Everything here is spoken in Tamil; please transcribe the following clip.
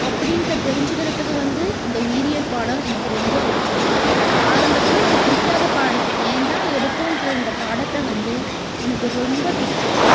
அப்படின்ற தெரிஞ்சுக்கறதுக்கு வந்து இந்த உயிரியல் பாடம் எனக்கு ரொம்ப பிடிச்சுச்சு ஆரம்பத்தில் இந்த பிடிக்காத பாடம் ஏன் தான் எடுத்தோன்ற இந்த பாடத்தை வந்து எனக்கு ரொம்ப பிடிச்சுச்சு